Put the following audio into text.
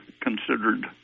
considered